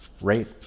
rate